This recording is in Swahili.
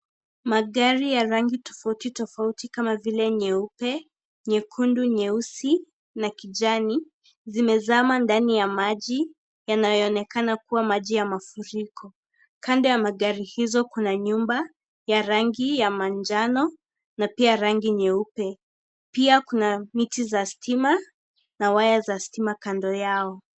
Magari ya rangi tofauti tofauti kama vile nyeupe ,nyeusi, nyekundu na kijani , yanaonekana kuzama ndani ya maji yaliyosheheni kutokana na mafuriko . Kando ya magari hayo kuna ghorofa la rangi nyeupe ,vikingi na nyaya za stima pia .